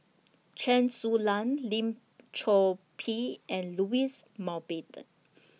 Chen Su Lan Lim Chor Pee and Louis Mountbatten